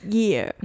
year